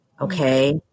okay